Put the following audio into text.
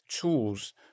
tools